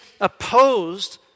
opposed